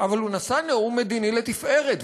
אבל הוא נשא נאום מדיני לתפארת,